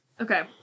Okay